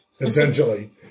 essentially